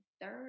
third